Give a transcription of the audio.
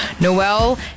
Noel